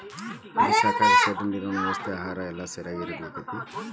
ಕುರಿ ಸಾಕಾಕ ಶೆಡ್ ನೇರಿನ ವ್ಯವಸ್ಥೆ ಆಹಾರಾ ಎಲ್ಲಾ ಸರಿಯಾಗಿ ಇರಬೇಕಕ್ಕತಿ